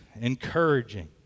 encouraging